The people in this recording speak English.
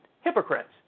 hypocrites